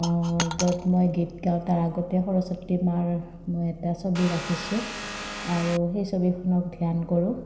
য'ত মই গীত গাওঁ তাৰ আগতে সৰস্বতী মাৰ মই এটা ছবি ৰাখিছোঁ আৰু সেই ছবিখনক ধ্যান কৰোঁ